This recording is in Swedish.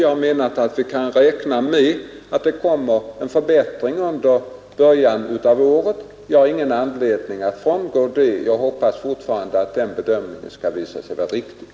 Jag har menat att vi kan räkna med en förbättring under början av nästa år. Jag har ingen anledning att frångå den uppfattningen, och jag hoppas fortfarande att den bedömningen skall visa sig vara riktig.